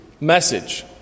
message